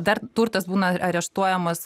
dar turtas būna areštuojamas